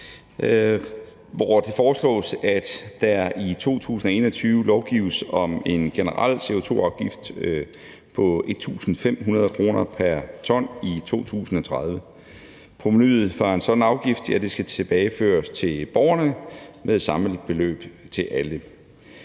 hvori det foreslås, at der i 2021 lovgives om en generel CO2-afgift på 1.500 kr. pr. ton i 2030, og at provenuet fra en sådan afgift skal tilbageføres til borgerne med samme beløb til alle.